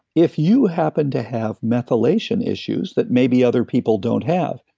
if you happen to have methylation issues that maybe other people don't have,